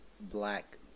black